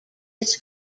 his